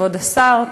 כבוד השר,